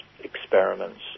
experiments